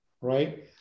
right